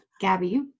Gabby